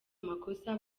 makosa